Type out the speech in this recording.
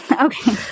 Okay